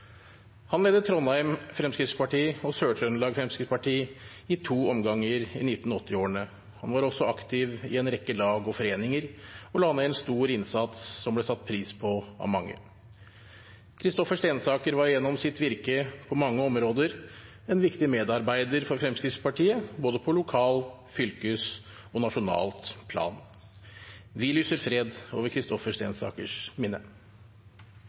Han ledet Trondheim Fremskrittsparti og Sør-Trøndelag Fremskrittsparti i to omganger i 1980-årene. Han var også aktiv i en rekke lag og foreninger og la ned en stor innsats som ble satt pris på av mange. Christopher Stensaker var gjennom sitt virke på mange områder en viktig medarbeider for Fremskrittspartiet både på lokalplan, på fylkesplan og på nasjonalt plan. Vi lyser fred over Christopher Stensakers minne.